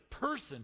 person